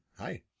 Hi